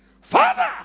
Father